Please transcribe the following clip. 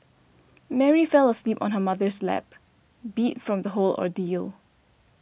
Mary fell asleep on her mother's lap beat from the whole ordeal